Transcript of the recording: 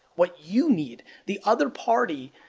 what you need. the other party,